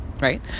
right